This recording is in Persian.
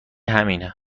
همینه